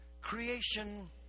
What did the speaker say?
creation